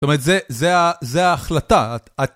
זאת אומרת, זה ההחלטה.